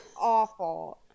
awful